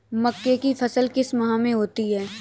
मक्के की फसल किस माह में होती है?